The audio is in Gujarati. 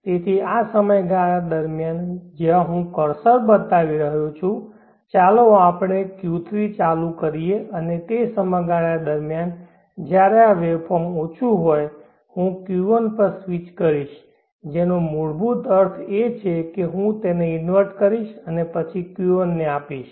તેથી આ સમયગાળા દરમિયાન જ્યાં હું કર્સર બતાવી રહ્યો છું ચાલો આપણે Q3 ચાલુ કરીએ અને તે સમયગાળા દરમિયાન જ્યારે આ વેવફોર્મ ઓછું હોય હું Q1 પર સ્વિચ કરીશ જેનો મૂળભૂત અર્થ એ છે કે હું તેને ઇન્વર્ટ કરીશ અને પછી Q1 ને આપીશ